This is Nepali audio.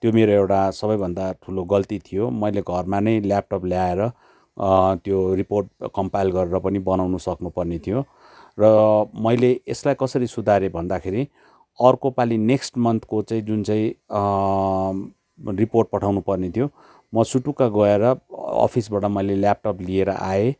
त्यो मेरो एउटा सबैभन्दा ठुलो गल्ती थियो मैले घरमा नै ल्यापटप ल्याएर त्यो रिपोर्ट कम्पाइल गरेर पनि बनाउनु सक्नुपर्ने थियो र मैले यसलाई कसरी सुधारेँ भन्दाखेरि अर्कोपालि नेक्स्ट मन्थको चाहिँ जुन चाहिँ रिपोर्ट पठाउनुपर्ने थियो म सुटुक्क गएर अफिसबाट मैले ल्यापटप लिएर आएँ